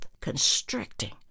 constricting